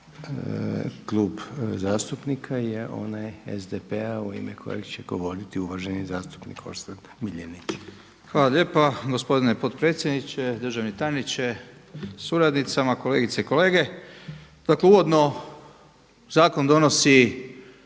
Hvala lijepa. Gospodine potpredsjedniče, državni tajniče sa suradnicama, kolegice i kolege dakle uvodno zakon donosi